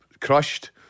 crushed